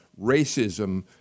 racism